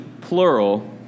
plural